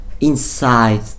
inside